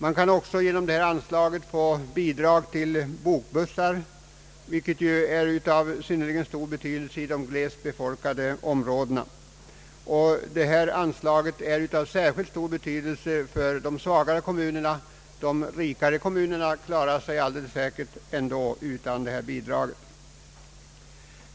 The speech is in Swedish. Man kan vidare genom detta anslag få bidrag till bokbussar vilka är av synnerligen stor betydelse i de glest befolkade områdena. Detta anslag har också särskilt stor betydelse för de svagare kommunerna. De rikare kommunerna klarar sig alldeles säkert utan detta bidrag.